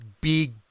big